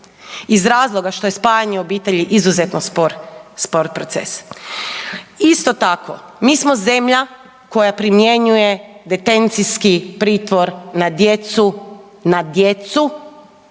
iz razloga što je spajanje obitelji izuzetno spor, spor proces. Isto tako mi smo zemlja koja primjenjuje detencijski pritvor na djecu, na djecu